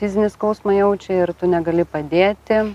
fizinį skausmą jaučia ir tu negali padėti